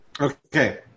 Okay